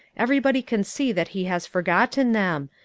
everybody can see that he has forgotten them.